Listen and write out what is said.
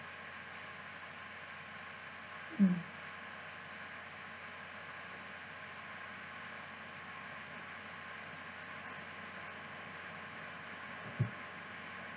mm